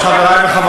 מה חדש?